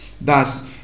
Thus